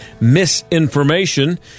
misinformation